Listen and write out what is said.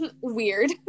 weird